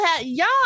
y'all